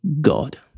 God